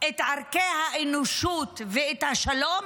את ערכי האנושות ואת השלום,